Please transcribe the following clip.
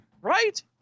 Right